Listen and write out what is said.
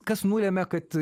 kas nulėmė kad